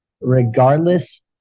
Regardless